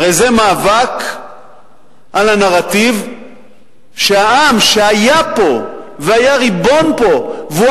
הרי זה מאבק על הנרטיב שהעם שהיה פה והיה ריבון פה והוא